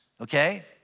Okay